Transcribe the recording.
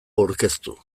aurkeztu